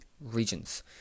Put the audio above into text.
regions